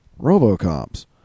RoboCops